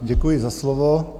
Děkuji za slovo.